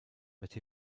but